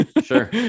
Sure